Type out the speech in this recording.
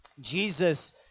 Jesus